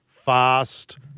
fast